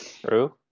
true